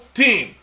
team